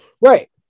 right